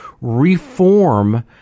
reform